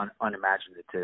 unimaginative